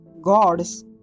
gods